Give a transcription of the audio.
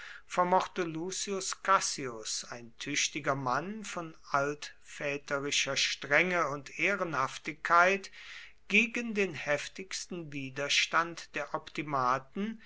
lucius cassius ein tüchtiger mann von altväterischer strenge und ehrenhaftigkeit gegen den heftigsten widerstand der optimaten